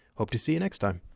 hope to see you next time.